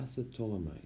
Acetolamide